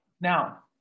Now